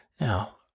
Now